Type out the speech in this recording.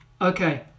Okay